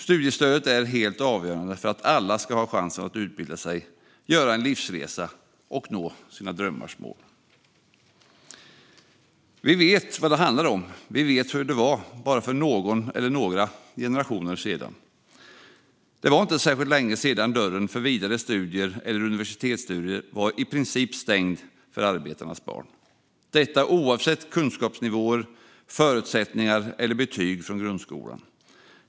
Studiestödet är helt avgörande för att alla ska ha chansen att utbilda sig, göra en livsresa och nå sina drömmars mål. Vi vet vad det handlar om. Vi vet hur det var för bara någon eller några generationer sedan. Det var inte särskilt länge sedan dörren för vidare studier eller universitetsstudier var i princip stängd för arbetarnas barn - detta oavsett kunskapsnivåer, förutsättningar eller betyg från grundskolan.